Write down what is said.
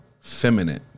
feminine